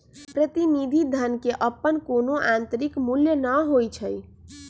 प्रतिनिधि धन के अप्पन कोनो आंतरिक मूल्य न होई छई